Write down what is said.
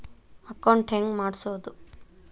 Account ಹೆಂಗ್ ಮಾಡ್ಸೋದು?